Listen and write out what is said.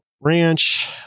Ranch